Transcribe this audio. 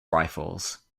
rifles